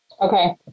Okay